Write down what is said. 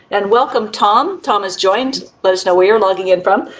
and welcome, tom. tom has joined. let us know where you're logging in from.